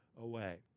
away